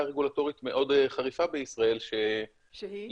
רגולטורית מאוד חריפה בישראל --- שהיא?